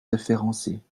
référencés